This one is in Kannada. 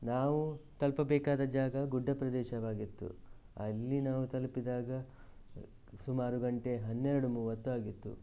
ನಾವು ತಲುಪಬೇಕಾದ ಜಾಗ ಗುಡ್ಡ ಪ್ರದೇಶವಾಗಿತ್ತು ಅಲ್ಲಿ ನಾವು ತಲುಪಿದಾಗ ಸುಮಾರು ಗಂಟೆ ಹನ್ನೆರಡು ಮೂವತ್ತು ಆಗಿತ್ತು